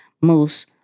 Moose